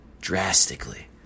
drastically